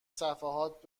صفحات